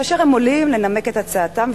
כאשר הם עולים לנמק את הצעתם,